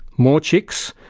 more chicks,